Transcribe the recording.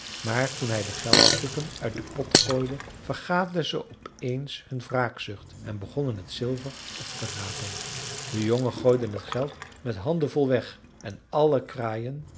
maar toen hij de geldstukken uit den pot gooide vergaten ze op eens hun wraakzucht en begonnen t zilver op te rapen de jongen gooide het geld met handenvol weg en alle kraaien